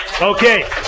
Okay